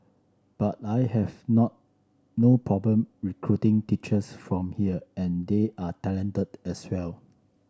but I have not no problem recruiting teachers from here and they are talented as well